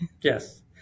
Yes